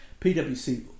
PwC